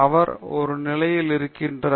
அவர் ஒரு நிலையில் இருக்கிறார்